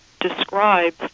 describes